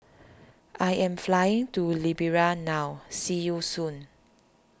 I am flying to Liberia now see you soon